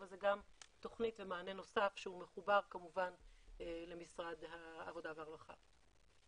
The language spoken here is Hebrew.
אבל זה גם תוכנית ומענה נוסף שהוא מחובר כמובן למשרד העבודה והרווחה.